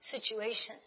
situations